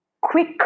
quick